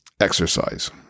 exercise